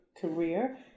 career